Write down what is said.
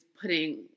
putting